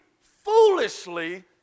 foolishly